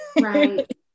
Right